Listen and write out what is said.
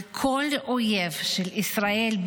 על כל אויב של ישראל,